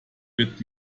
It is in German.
wird